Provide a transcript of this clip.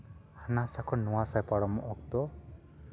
ᱦᱟᱱᱟᱥᱟ ᱠᱷᱚᱱ ᱱᱚᱣᱟᱥᱟᱭ ᱯᱟᱨᱚᱢᱚᱜ ᱚᱠᱛᱚ